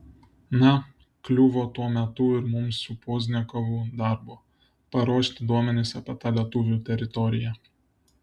na kliuvo tuo metu ir mums su pozdniakovu darbo paruošti duomenis apie tą lietuvių teritoriją